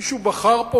מישהו בחר פה,